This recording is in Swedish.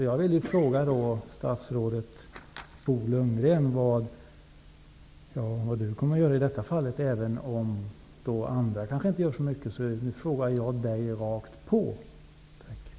Jag vill således fråga statsrådet Bo Lundgren vad han kommer att göra i detta fall. Även om det är andra som kanske inte gör så mycket ställer jag denna direkta fråga till statsrådet.